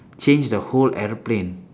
change the whole aeroplane